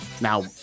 now